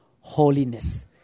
holiness